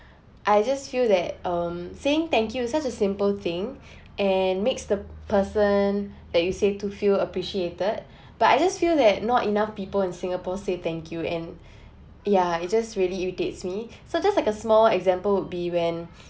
I just feel that um saying thank you such a simple thing and makes the person that you say to feel appreciated but I just feel that not enough people in singapore say thank you and yeah it's just really irritates me so just like a small example would be when